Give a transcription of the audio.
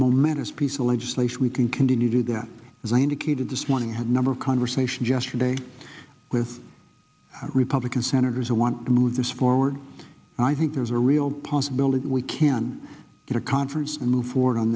momentous piece of legislation we can continue to do that as i indicated this morning had number of conversations yesterday with republican senators who want to move this forward and i think there's a real possibility that we can get a conference and move forward on